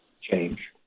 change